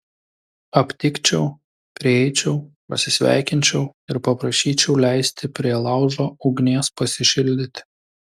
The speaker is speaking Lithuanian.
aptikčiau prieičiau pasisveikinčiau ir paprašyčiau leisti prie laužo ugnies pasišildyti